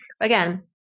again